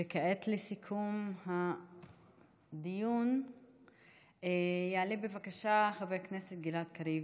וכעת לסיכום הדיון יעלה בבקשה חבר הכנסת גלעד קריב,